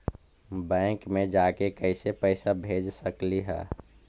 Bank मे जाके कैसे पैसा भेज सकली हे?